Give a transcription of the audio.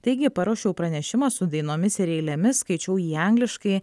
taigi paruošiau pranešimą su dainomis ir eilėmis skaičiau jį angliškai